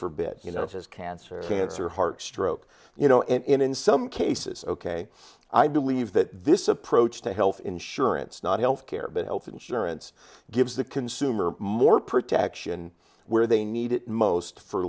forbid you know has cancer cancer heart stroke you know and in some cases ok i believe that this approach to health insurance not health care but health insurance gives the consumer more protection where they need it most for